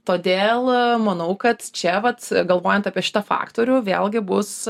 todėl manau kad čia vat galvojant apie šitą faktorių vėlgi bus